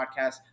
podcast